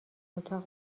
اتاق